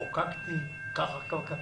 חוקקתי כך וכך,